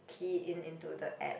key in into the app